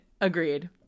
Agreed